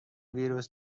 ویروس